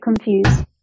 confused